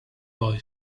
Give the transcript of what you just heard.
boy